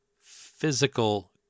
Physical